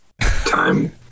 time